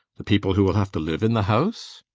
the people who will have to live in the house?